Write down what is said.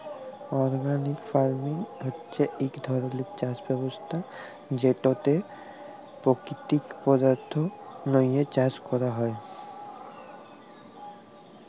organic farming হছে ইক ধরলের চাষ ব্যবস্থা যেটতে পাকিতিক পদাথ্থ লিঁয়ে চাষ ক্যরা হ্যয়